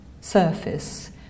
surface